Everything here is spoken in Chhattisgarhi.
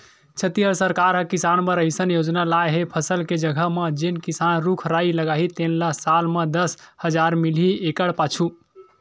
छत्तीसगढ़ सरकार ह किसान बर अइसन योजना लाए हे फसल के जघा म जेन किसान रूख राई लगाही तेन ल साल म दस हजार मिलही एकड़ पाछू